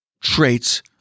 traits